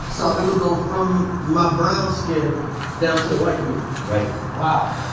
so it'll go from my brown skin down to the white meat? right wow!